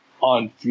on